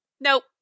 nope